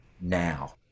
now